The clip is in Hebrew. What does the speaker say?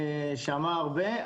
שאמר הרבה.